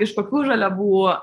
iš kokių žaliavų